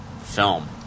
film